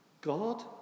God